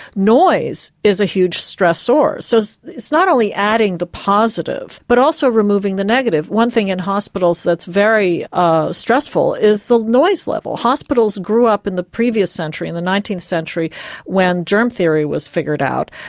noise is a huge stressor, so it's not only adding the positive but also removing the negative. one thing in hospitals that's very ah stressful is the noise level hospitals grew up in the previous century, in the nineteenth century when germ theory was figured out.